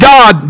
God